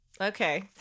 okay